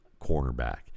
cornerback